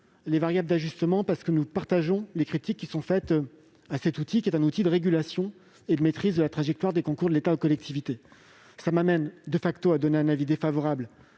les variables d'ajustement, parce que nous partageons les critiques qui ont été émises envers cet outil de régulation et de maîtrise de la trajectoire des concours de l'État aux collectivités. Cela m'amène à émettre un avis défavorable